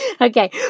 Okay